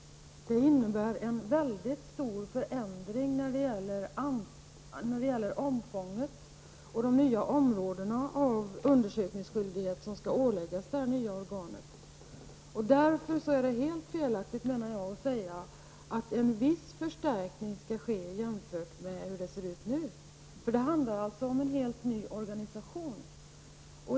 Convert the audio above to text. Det sker en stor förändring i fråga om omfånget och de nya områden för undersökningsskyldighet som skall åläggas det nya organet. Därför är det helt felaktigt, menar jag, att säga att en viss förstärkning skall ske jämfört med hur det ser ut nu. Det handlar alltså om en helt ny organisation.